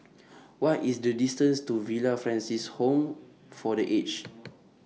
What IS The distance to Villa Francis Home For The Aged